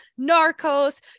Narcos